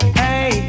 hey